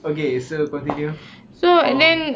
okay so continue ah